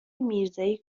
میرزایی